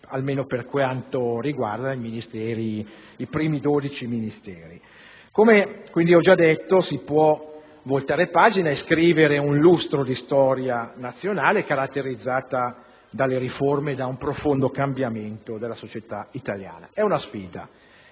almeno per quanto riguarda i primi 12. Ho già detto che si può voltare pagina e scrivere un lustro di storia nazionale caratterizzata dalle riforme, da un profondo cambiamento della società italiana. È una sfida